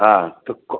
হ্যাঁ